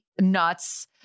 nuts